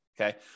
okay